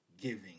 giving